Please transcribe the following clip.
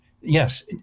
yes